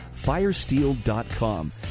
firesteel.com